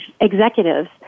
executives